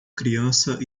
criança